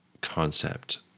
concept